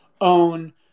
own